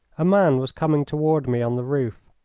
a man was coming toward me on the roof.